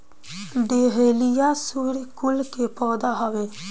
dahlia सूर्यकुल के पौधा हवे